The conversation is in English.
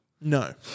No